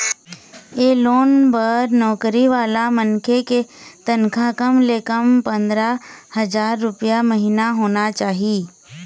ए loan बर नउकरी वाला मनखे के तनखा कम ले कम पंदरा हजार रूपिया महिना होना चाही